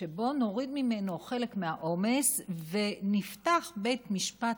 בואו נוריד ממנו חלק מהעומס ונפתח בית משפט